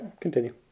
continue